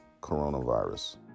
coronavirus